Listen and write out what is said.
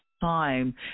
time